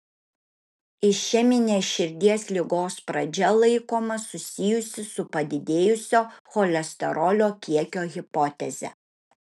išeminės širdies ligos pradžia laikoma susijusi su padidėjusio cholesterolio kiekio hipoteze